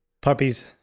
Puppies